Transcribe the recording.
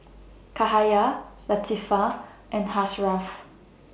Cahaya Latifa and Ashraff